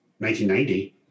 1990